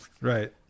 Right